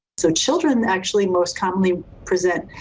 so children actually most commonly present.